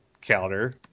counter